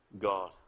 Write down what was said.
God